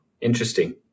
Interesting